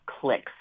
clicks